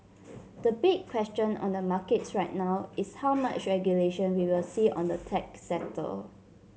the big question on the markets right now is how much regulation we will see on the tech sector